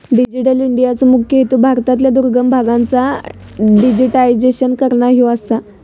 digital इंडियाचो मुख्य हेतू भारतातल्या दुर्गम भागांचा डिजिटायझेशन करना ह्यो आसा